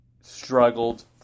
struggled